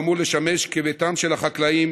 שאמור לשמש כביתם של החקלאים